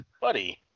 Buddy